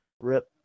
Rip